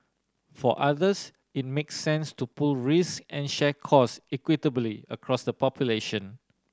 for others it makes sense to pool risk and share cost equitably across the population